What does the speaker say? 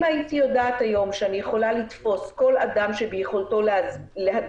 אם הייתי יודעת היום שאני יכולה לתפוס כל אדם שביכולתו להדביק